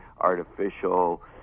artificial